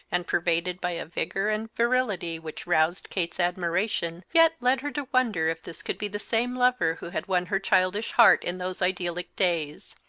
and pervaded by a vigor and virility which roused kate's admiration, yet led her to wonder if this could be the same lover who had won her childish heart in those idyllic days.